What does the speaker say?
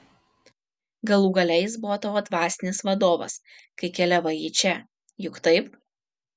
galų gale jis buvo tavo dvasinis vadovas kai keliavai į čia juk taip